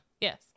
Yes